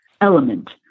element